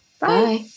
Bye